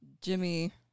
jimmy